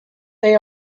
they